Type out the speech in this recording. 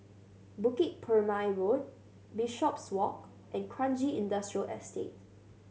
Bukit Purmei Road Bishopswalk and Kranji Industrial Estate